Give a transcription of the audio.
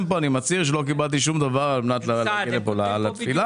ומצהיר שלא קיבל שום דבר על מנת להגיע לכאן לתפילה.